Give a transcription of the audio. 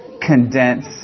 condense